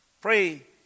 Pray